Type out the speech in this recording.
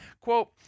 quote